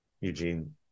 Eugene